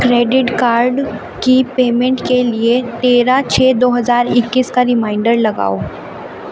credit card کی payment کے لیے تیرہ چھ دو ہزار اكیس کا ریمائنڈر لگاؤ